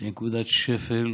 לנקודת שפל